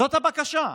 זאת הבקשה.